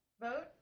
vote